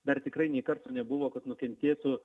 dar tikrai nei karto nebuvo kad nukentėtų